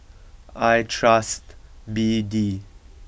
I trust B D